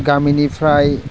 गामिनिफ्राय